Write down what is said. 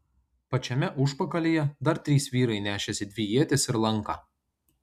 pačiame užpakalyje dar trys vyrai nešėsi dvi ietis ir lanką